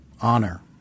honor